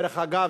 דרך אגב,